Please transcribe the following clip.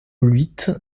huit